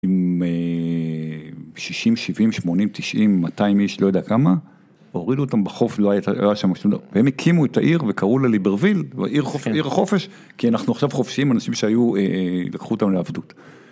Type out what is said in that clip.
עם 60, 70, 80, 90, 200 איש, לא יודע כמה, הורידו אותם בחוף, לא היה שם משהו, והם הקימו את העיר וקראו לה ליברוויל, עיר החופש, כי אנחנו עכשיו חופשים, אנשים שהיו, לקחו אותנו לעבדות.